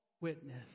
witness